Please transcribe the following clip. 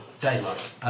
Daylight